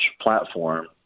platform